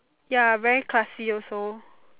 ya very classy also